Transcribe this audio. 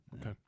Okay